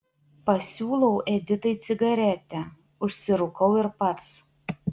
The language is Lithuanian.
pasiūlau editai cigaretę užsirūkau ir pats